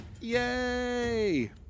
Yay